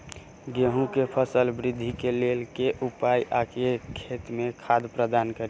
गेंहूँ केँ फसल वृद्धि केँ लेल केँ उपाय आ खेत मे खाद प्रदान कड़ी?